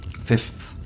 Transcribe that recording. Fifth